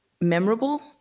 memorable